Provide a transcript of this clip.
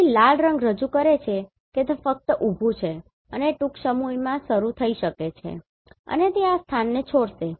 તેથી લાલ રંગ રજૂ કરે છે કે તે ફક્ત ઉભું છે અને તે ટૂંક સમયમાં શરૂ થઈ શકે છે અને તે આ સ્થાનને છોડશે